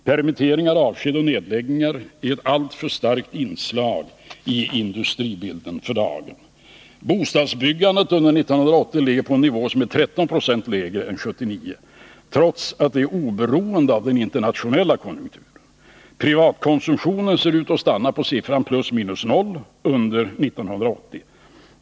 Permitteringar, avsked och nedläggningar är ett alltför starkt inslag i industribilden för dagen. Bostadsbyggandet under 1980 ligger på en nivå som är 13 96 lägre än 1979, trots att det är oberoende av den internationella konjunkturen. Privatkonsumtionens förändring ser ut att stanna på + 0 under 1980.